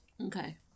Okay